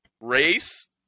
Race